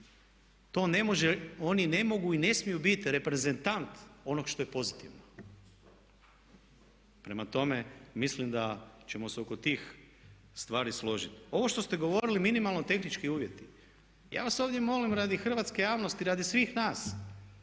oni ne mogu i ne smiju bit reprezentant onog što je pozitivno. Prema tome, mislim da ćemo se oko tih stvari složiti. Ovo što ste govorili minimalni tehnički uvjeti. Ja vas ovdje molim radi hrvatske javnosti, radi svih nas.